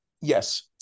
Yes